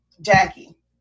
Jackie